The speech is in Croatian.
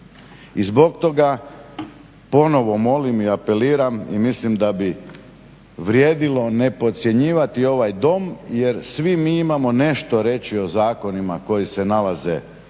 I zbog toga ponovo molim i apeliram i mislim da bi vrijedilo ne podcjenjivati ovaj Dom jer svi mi imamo nešto reći o zakonima koji se nalaze u